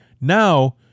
Now